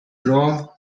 draw